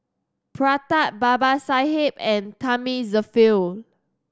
Pratap Babasaheb and Thamizhavel